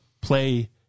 play